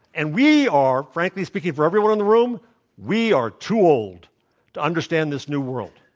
and we are frankly speaking, for everyone in the room we are too old to understand this new world.